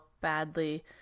badly